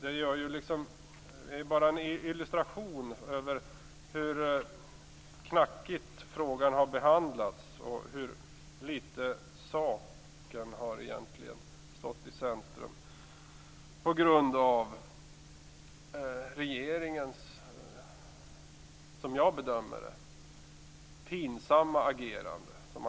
Det är bara en illustration över hur knackigt frågan har behandlats och hur litet saken egentligen har stått i centrum på grund av regeringens, enligt min bedömning, pinsamma agerande.